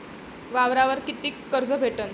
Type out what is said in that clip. वावरावर कितीक कर्ज भेटन?